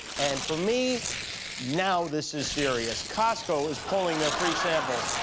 and for me now this is serious. costco is pulling their free samples.